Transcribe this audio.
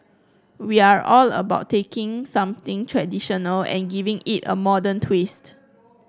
we are all about taking something traditional and giving it a modern twist